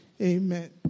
Amen